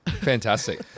Fantastic